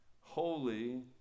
holy